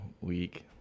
week